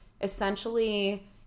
essentially